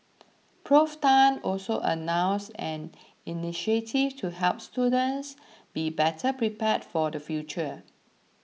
Prof Tan also announced an initiative to help students be better prepared for the future